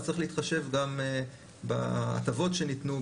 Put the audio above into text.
אז צריך להתחשב גם בהטבות שניתנו,